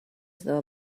saw